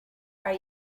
are